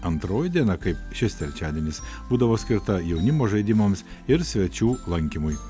antroji diena kaip šis trečiadienis būdavo skirta jaunimo žaidimams ir svečių lankymui